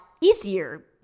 easier